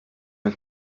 ein